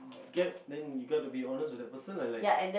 get then you gotta to be honest with the person and like